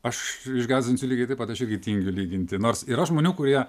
aš išgąsdinsiu lygiai taip pat aš tingiu lyginti nors yra žmonių kurie